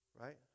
Right